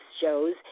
shows